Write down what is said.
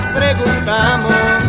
preguntamos